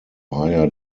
higher